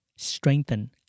Strengthen